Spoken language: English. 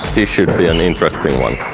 this should be an interesting one.